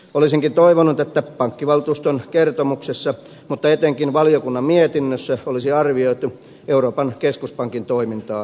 olisinkin toivonut että pankkivaltuuston kertomuksessa mutta etenkin valiokunnan mietinnössä olisi arvioitu euroopan keskuspankin toimintaa perusteellisemmin